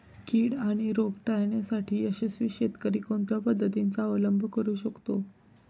कीड आणि रोग टाळण्यासाठी यशस्वी शेतकरी कोणत्या पद्धतींचा अवलंब करू शकतो?